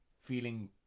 feeling